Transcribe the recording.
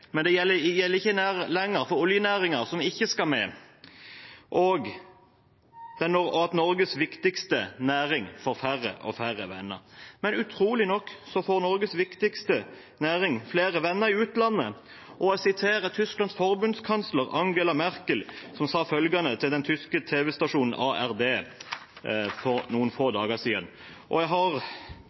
men det gjelder ikke lenger for oljenæringen, som ikke skal med, og Norges viktigste næring får færre og færre venner. Men utrolig nok får Norges viktigste næring flere venner i utlandet. Jeg vil sitere Tysklands forbundskansler, Angela Merkel, som sa følgende til den tyske tv-stasjonen ARD for noen få dager siden – jeg har